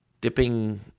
Dipping